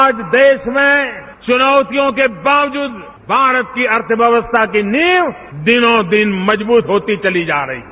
आज देश में चुनौतियों के बावजूद भारत की अर्थव्यवस्था की नींव दिनों दिन मजबूत होती चली जा रही है